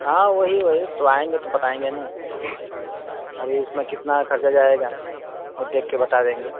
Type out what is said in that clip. हाँ वहीं वहीं तो आएँगे तो बताएँगे ना अभी उसमें कितना खर्चा जाएगा देख के बता देंगे